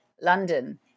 London